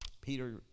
Peter